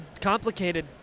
complicated